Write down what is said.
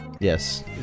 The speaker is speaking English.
Yes